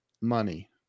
money